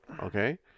Okay